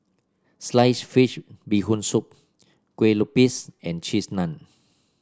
Sliced Fish Bee Hoon Soup Kue Lupis and Cheese Naan